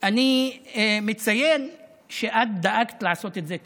אני מציין שאת דאגת לעשות את זה תמיד.